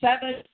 seven